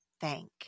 thank